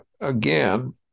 again